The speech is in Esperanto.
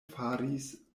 faris